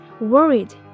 worried